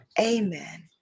amen